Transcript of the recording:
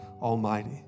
Almighty